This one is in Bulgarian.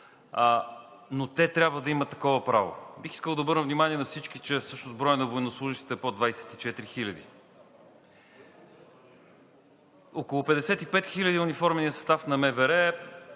но те трябва да имат такова право. Бих искал да обърна внимание на всички, че всъщност броят на военнослужещите е под 24 хиляди, около 55 хиляди е униформеният състав на МВР.